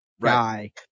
guy